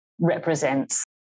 represents